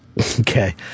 Okay